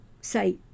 Say